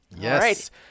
Yes